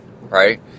right